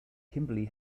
kimberly